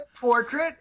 portrait